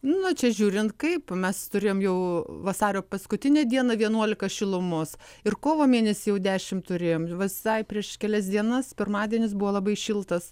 nu va čia žiūrint kaip mes turėjom jau vasario paskutinę dieną vienuolika šilumos ir kovo mėnesį jau dešimt turėjome visai prieš kelias dienas pirmadienis buvo labai šiltas